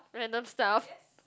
random stuff